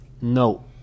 No